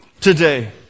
today